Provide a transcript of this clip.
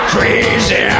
Crazy